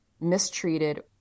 mistreated